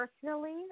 personally